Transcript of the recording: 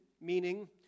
meaning